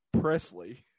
Presley